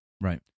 Right